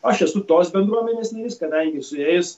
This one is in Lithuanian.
aš esu tos bendruomenės narys kadangi su jais